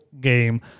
game